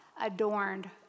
adorned